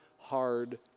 hard